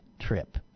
trip